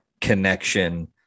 connection